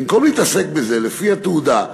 במקום להתעסק בזה לפי התעודה,